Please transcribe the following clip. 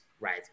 right